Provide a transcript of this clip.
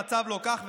המצב לא כך,